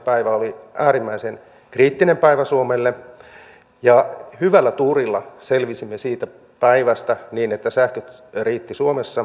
päivä oli äärimmäisen kriittinen päivä suomelle ja hyvällä tuurilla selvisimme siitä päivästä niin että sähköt riittivät suomessa